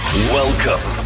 Welcome